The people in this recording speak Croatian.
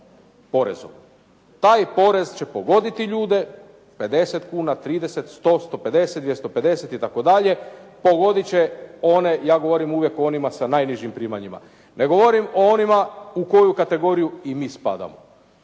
Taj porez će pogoditi ljude 50 kuna, 30, 100, 150, 250 itd., pogodit će one, ja govorim uvijek o onima sa najnižim primanjima, ne govorim o onima u koju kategoriju i mi spadamo.